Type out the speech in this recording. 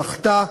זכתה.